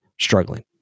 Struggling